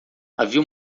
havia